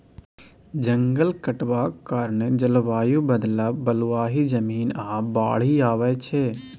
जंगल कटबाक कारणेँ जलबायु बदलब, बलुआही जमीन, आ बाढ़ि आबय छै